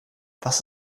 was